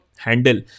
handle